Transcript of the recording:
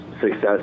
success